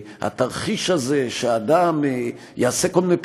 התרחיש הזה שאדם יעשה כל מיני פשעים,